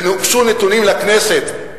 והוגשו נתונים לכנסת,